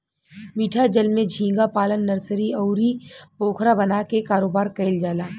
मीठा जल में झींगा पालन नर्सरी, अउरी पोखरा बना के कारोबार कईल जाला